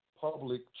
public